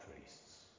priests